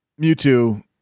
mewtwo